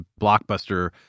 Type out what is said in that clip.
blockbuster